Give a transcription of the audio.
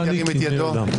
ירים את ידו.